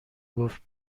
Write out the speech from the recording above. گفت